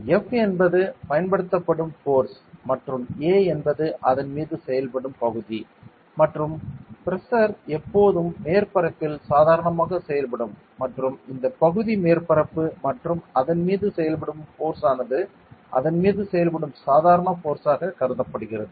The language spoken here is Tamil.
F என்பது பயன்படுத்தப்படும் ஃபோர்ஸ் மற்றும் A என்பது அதன் மீது செயல்படும் பகுதி மற்றும் பிரஷர் எப்போதும் மேற்பரப்பில் சாதாரணமாக செயல்படும் மற்றும் இந்த பகுதி மேற்பரப்பு மற்றும் அதன் மீது செயல்படும் ஃபோர்ஸ் ஆனது அதன் மீது செயல்படும் சாதாரண ஃபோர்ஸ்சாக கருதப்படுகிறது